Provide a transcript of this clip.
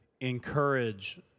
encourage